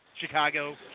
Chicago